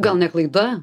gal ne klaida